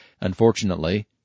Unfortunately